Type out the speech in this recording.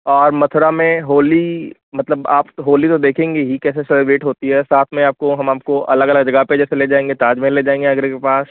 और मथुरा में होली मतलब आप होली तो देखेंगी ही कि कैसे सेलिब्रेट होती है साथ में आपको हम आपको अलग अलग जगह पर जैसे ले जाएंगे जैसे ताजमहल ले जाएंगे आगरा के पास